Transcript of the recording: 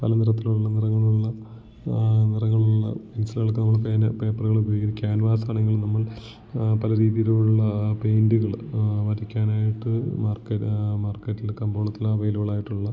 പല നിറത്തിലുള്ള നിറങ്ങളുള്ള നിറങ്ങളുള്ള പെൻസിലുകളൊക്കെ നമ്മള് പേന പേപ്പറുകൾ ഉപയോഗിക്കാനും ആ സാധനങ്ങളിൽ നമ്മൾ പല രീതിയിലുള്ള പെയിൻറ്റുകള് വരയ്ക്കാനായിട്ട് മാർക്കറ്റ് മാർക്കറ്റിലെ കമ്പോളത്തില് അവൈലബിൾ ആയിട്ടുള്ള